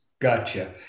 Gotcha